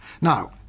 Now